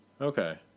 Okay